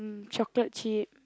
chocolate chip